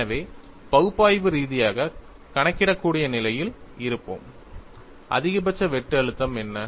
எனவே பகுப்பாய்வு ரீதியாக கணக்கிடக்கூடிய நிலையில் இருப்போம் அதிகபட்ச வெட்டு அழுத்தம் என்ன